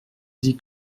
dit